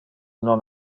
non